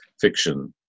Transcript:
fiction